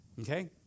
Okay